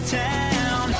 town